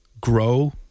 grow